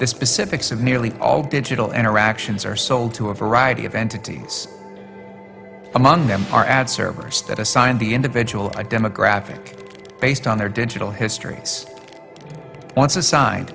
the specifics of nearly all digital interactions are sold to a variety of entities among them are ad servers that assign the individual a demographic based on their digital histor